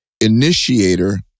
initiator